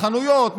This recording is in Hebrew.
חנויות,